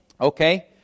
Okay